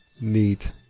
Neat